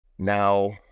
Now